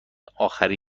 آخری